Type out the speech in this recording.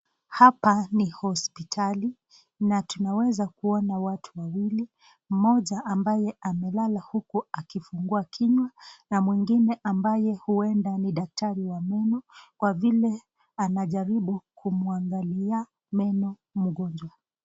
Hapa ni hospitali na tunaweza kuona watu wawili , mmoja ambaye amelala huku akifungua kinywa na mwingine ambaye huenda ni daktari wa meno kwa vile anajaribu kumwangalia meno mgonjwa.